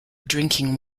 drinking